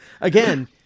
Again